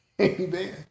Amen